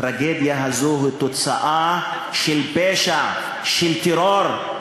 הטרגדיה הזאת היא תוצאה של פשע, של טרור.